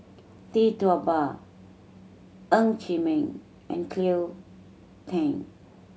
Tee Tua Ba Ng Chee Meng and Cleo Thang